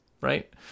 right